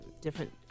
different